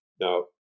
Now